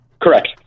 Correct